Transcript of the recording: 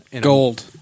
gold